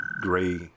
gray